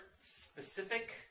specific